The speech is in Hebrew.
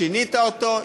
שינית אותו,